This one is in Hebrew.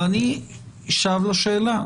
אבל אני שב לשאלה.